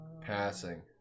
Passing